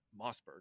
Mossberg